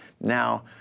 Now